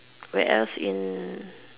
where else in